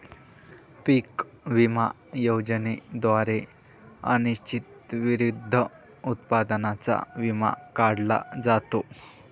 पीक विमा योजनेद्वारे अनिश्चिततेविरुद्ध उत्पादनाचा विमा काढला जातो